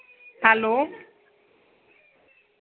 hello